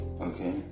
Okay